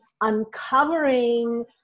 uncovering